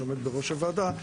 שעומד בראש הוועדה.